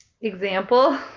example